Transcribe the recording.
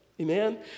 Amen